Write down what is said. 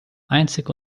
einzig